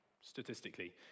statistically